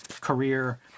career